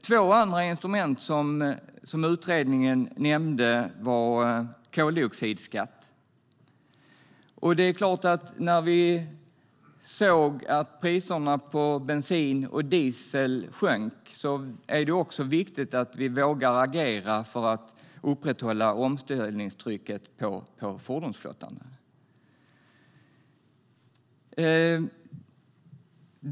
Två andra instrument som utredningen nämnde var koldioxidskatt och skatt på flygresor. Vi såg att priserna på bensin och diesel sjönk, och det är viktigt att vi vågar agera för att upprätthålla omställningstrycket på fordonsflottan.